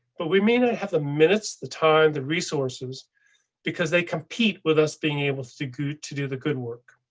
but we may not have the minutes the time the resources because they compete with us being able to do to do the good work.